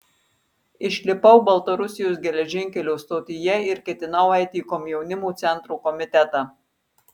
išlipau baltarusijos geležinkelio stotyje ir ketinau eiti į komjaunimo centro komitetą